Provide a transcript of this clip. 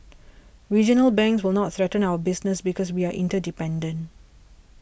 regional banks will not threaten our business because we are interdependent